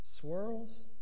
swirls